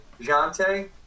Jante